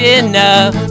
enough